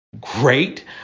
great